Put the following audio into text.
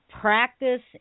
practice